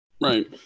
Right